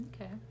okay